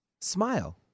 smile